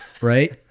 right